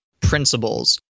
principles